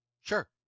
Sure